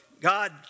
God